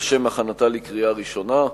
לשם הכנתה לקריאה ראשונה.